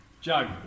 Joe